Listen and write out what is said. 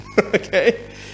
Okay